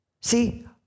See